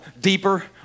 Deeper